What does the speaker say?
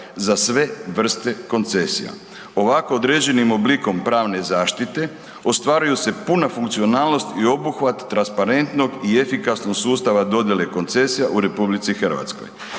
za sve vrste koncesija. Ovako određenim oblikom pravne zaštite, ostvaruju se puna funkcionalnost i obuhvat transparentnog i efikasnog sustava dodijele koncesija u RH. Definirana